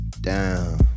Down